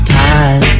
time